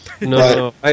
No